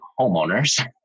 homeowners